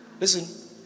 Listen